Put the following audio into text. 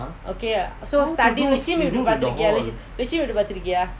!huh! how to do do in the hall